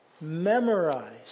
Memorize